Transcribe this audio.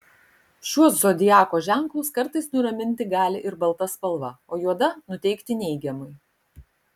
šiuos zodiako ženklus kartais nuraminti gali ir balta spalva o juoda nuteikti neigiamai